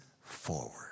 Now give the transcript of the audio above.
forward